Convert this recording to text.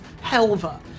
helva